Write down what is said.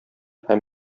һәм